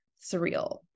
surreal